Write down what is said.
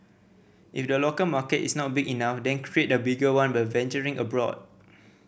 if the local market is not big enough then create a bigger one by venturing abroad